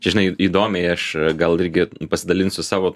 čia žinai įdomiai aš gal irgi pasidalinsiu savo